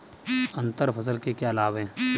अंतर फसल के क्या लाभ हैं?